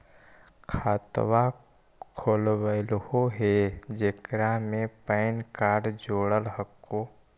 खातवा खोलवैलहो हे जेकरा मे पैन कार्ड जोड़ल हको?